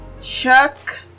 chuck